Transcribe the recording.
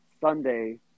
Sunday